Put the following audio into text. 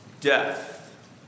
death